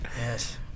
Yes